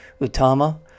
Utama